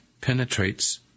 penetrates